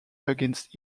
against